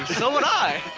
so would i.